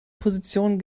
position